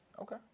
Okay